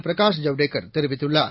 பிரகாஷ் ஜவ்டேகர் தெரிவித்துள்ளார்